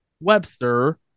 Webster